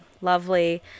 lovely